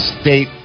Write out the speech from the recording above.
State